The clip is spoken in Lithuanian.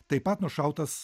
taip pat nušautas